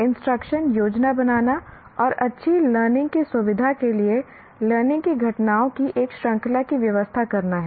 instruction योजना बनाना और अच्छी लर्निंग की सुविधा के लिए लर्निंग की घटनाओं की एक श्रृंखला की व्यवस्था करना है